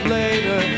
later